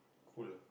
cool ah